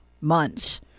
months